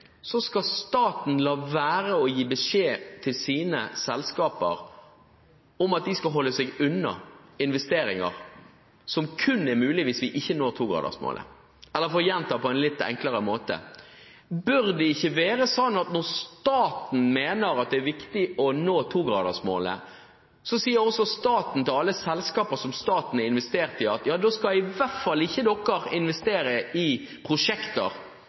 så skal staten la være å gi beskjed til sine selskaper om at de skal holde seg unna investeringer som kun er mulig hvis vi ikke når togradersmålet? Eller for å gjenta det på en litt enklere måte: Bør det ikke være slik at når staten mener at det er viktig å nå togradersmålet, sier også staten til alle selskaper som staten er investert i, at da skal man i hvert fall ikke investere i prosjekter